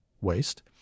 waste